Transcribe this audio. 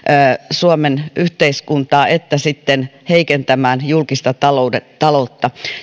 suomen yhteiskuntaa että sitten heikentämään julkista taloutta